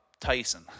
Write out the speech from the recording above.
tyson